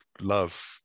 love